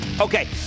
Okay